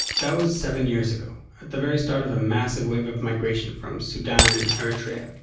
that was seven years ago at the very start of a massive wave of immigration from sudan and eritrea.